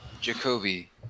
Jacoby